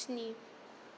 स्नि